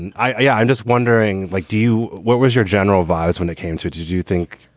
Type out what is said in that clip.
and ah yeah i'm just wondering, like, do you. what was your general vibe when it came to did you think?